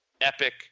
epic –